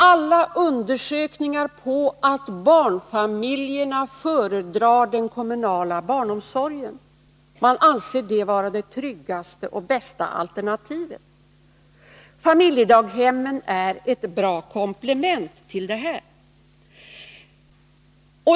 Alla undersökningar visar att barnfamiljerna föredrar den kommunala barnomsorgen; man anser det vara det tryggaste och bästa alternativet. Familjedaghemmen är ett bra komplement till detta.